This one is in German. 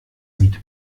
sieht